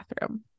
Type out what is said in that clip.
bathroom